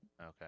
Okay